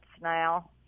now